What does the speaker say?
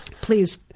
please